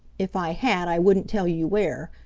if i had i wouldn't tell you where.